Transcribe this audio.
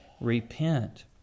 Repent